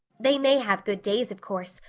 they may have good days, of course,